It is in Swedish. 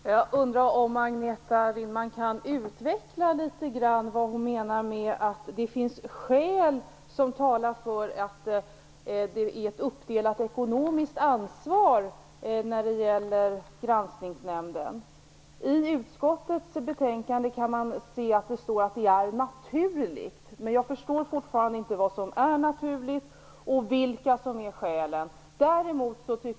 Fru talman! Jag undrar om Agneta Ringman kan utveckla vad hon menar med att det finns skäl som talar för ett uppdelat ekonomiskt ansvar när det gäller Granskningsnämnden. I utskottets betänkande kan man se att det står att det är naturligt, men jag förstår fortfarande inte vad som är naturligt och vilka som är skälen.